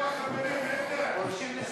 את